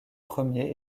premier